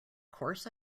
course